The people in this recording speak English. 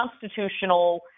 constitutional